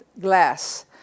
glass